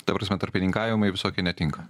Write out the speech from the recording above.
ta prasme tarpininkavimai visokie netinka